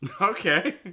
Okay